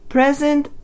Present